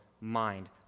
mind